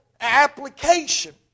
application